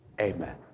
Amen